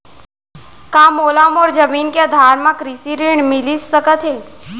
का मोला मोर जमीन के आधार म कृषि ऋण मिलिस सकत हे?